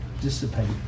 dissipate